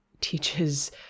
teaches